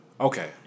Okay